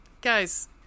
Guys